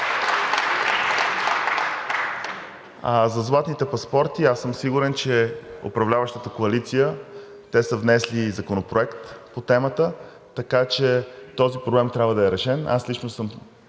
За „златните паспорти“ аз съм сигурен, че от управляващата коалиция са внесли законопроект по темата, така че този проблем трябва да е решен. Аз лично също